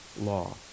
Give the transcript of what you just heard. law